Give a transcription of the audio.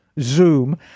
Zoom